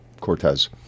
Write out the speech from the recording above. Cortez